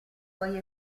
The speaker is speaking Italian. suoi